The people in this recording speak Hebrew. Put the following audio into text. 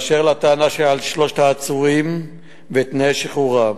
באשר לטענה על שלושת העצורים ותנאי שחרורם,